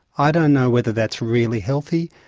i don't know whether that's really healthy.